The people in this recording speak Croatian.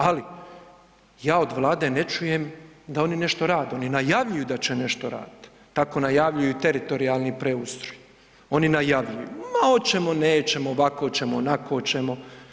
Ali od Vlade ne čujem da oni nešto rade, oni najavljuju da će nešto raditi, tako najavljuju i teritorijalni preustroj, oni najavljuju ma hoćemo, nećemo, ovako ćemo, onako ćemo.